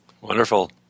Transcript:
Wonderful